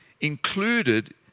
included